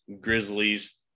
grizzlies